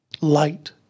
light